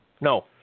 No